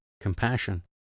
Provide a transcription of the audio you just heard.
compassion